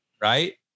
right